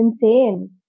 insane